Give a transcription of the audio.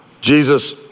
Jesus